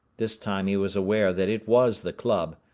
this time he was aware that it was the club,